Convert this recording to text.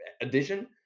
edition